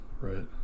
right